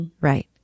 Right